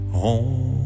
home